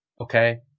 Okay